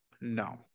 No